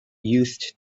used